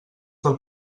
del